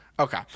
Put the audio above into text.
Okay